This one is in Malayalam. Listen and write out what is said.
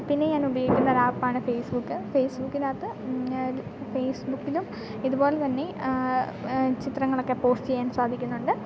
പിന്നെ ഞാൻ ഉപയോഗിക്കുന്ന ഒരു ആപ്പാണ് ഫേസ്ബുക്ക് ഫേസ്ബുക്കിന് അകത്ത് ഫേസ്ബുക്കിലും ഇതുപോലെ തന്നെ ചിത്രങ്ങളൊക്കെ പോസ്റ്റ് ചെയ്യാൻ സാധിക്കുന്നുണ്ട്